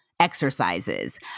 exercises